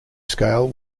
scale